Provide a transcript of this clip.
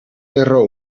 lerro